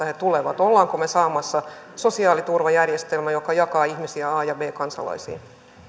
he tulevat olemmeko me saamassa sosiaaliturvajärjestelmän joka jakaa ihmisiä a ja b kansalaisiin vielä